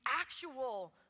actual